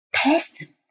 Test